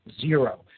zero